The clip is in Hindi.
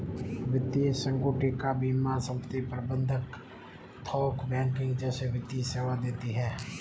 वित्तीय संगुटिका बीमा संपत्ति प्रबंध थोक बैंकिंग जैसे वित्तीय सेवा देती हैं